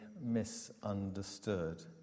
misunderstood